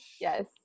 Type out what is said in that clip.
Yes